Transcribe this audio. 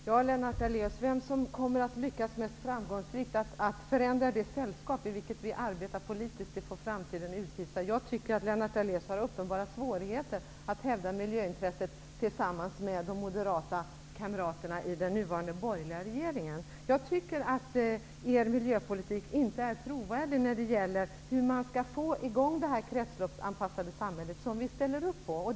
Herr talman! Vem som kommer att bli mest framgångsrik i att förändra det sällskap i vilket vi arbetar politiskt får framtiden utvisa. Jag tycker att Lennart Daléus har uppenbara svårigheter att hävda miljöintresset tillsammans med de moderata kamraterna i den nuvarande borgerliga regeringen. Jag tycker inte att er miljöpolitik är trovärdig när det gäller hur man skall få i gång det kretsloppsanpassade samhälle som vi ställer oss bakom.